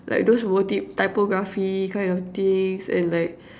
like those motif typography kind of things and like